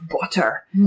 butter